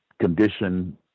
condition